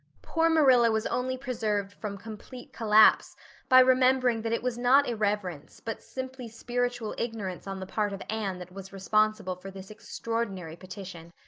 poor marilla was only preserved from complete collapse by remembering that it was not irreverence, but simply spiritual ignorance on the part of anne that was responsible for this extraordinary petition.